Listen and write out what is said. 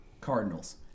Cardinals